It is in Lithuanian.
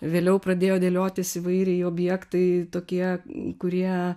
vėliau pradėjo dėliotis įvairiai objektai tokie kurie